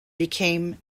became